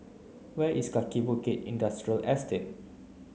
where is Kaki Bukit Industrial Estate